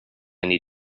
need